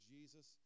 Jesus